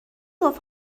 گفت